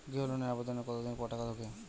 গৃহ লোনের আবেদনের কতদিন পর টাকা ঢোকে?